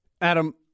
Adam